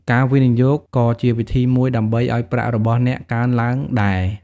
ការវិនិយោគក៏ជាវិធីមួយដើម្បីឲ្យប្រាក់របស់អ្នកកើនឡើងដែរ។